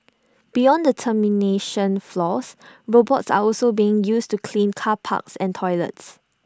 beyond the termination floors robots are also being used to clean car parks and toilets